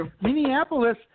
Minneapolis